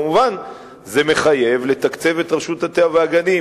מובן שזה מחייב לתקצב את רשות הטבע והגנים,